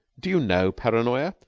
do you know paranoya?